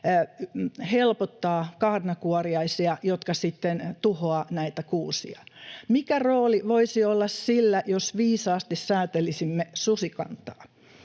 helpottaa kaarnakuoriaisia, jotka sitten tuhoavat näitä kuusia. Mikä rooli voisi olla sillä, jos viisaasti säätelisimme susikantaa?